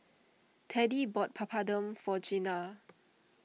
Teddie bought Papadum for Gina